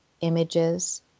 images